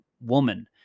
woman